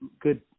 good